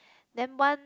then one